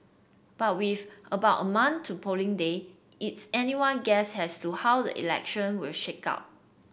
but with about a month to polling day it's anyone guess as to how the election will shake out